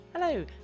Hello